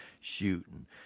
shooting